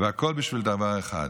והכול בשביל דבר אחד,